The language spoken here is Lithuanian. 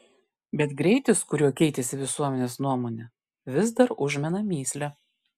bet greitis kuriuo keitėsi visuomenės nuomonė vis dar užmena mįslę